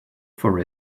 for